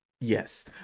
Yes